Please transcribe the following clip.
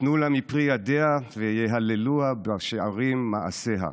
"תנו לה מפרי ידיה ויהללוה בשערים מעשיה".